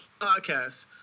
podcast